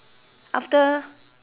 after